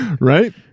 Right